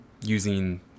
using